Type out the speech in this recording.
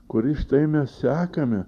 kurį štai mes sekame